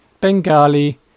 Bengali